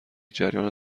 جریان